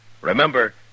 Remember